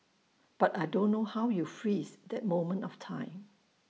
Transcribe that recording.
but I don't know how you freeze that moment of time